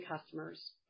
customers